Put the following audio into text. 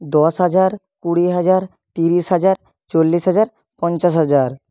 দশ হাজার কুড়ি হাজার তিরিশ হাজার চল্লিশ হাজার পঞ্চাশ হাজার